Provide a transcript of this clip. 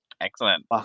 Excellent